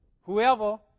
whoever